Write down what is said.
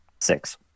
Six